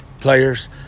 players